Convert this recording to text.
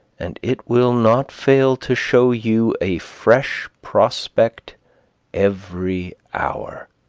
and it will not fail to show you a fresh prospect every hour.